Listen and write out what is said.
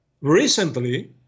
Recently